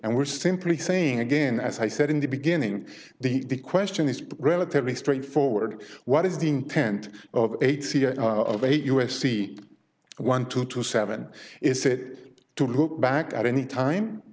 and we're simply saying again as i said in the beginning the question is relatively straightforward what is the intent of eight of eight u s c one two two seven is it to look back at any time